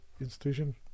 Institution